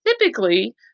Typically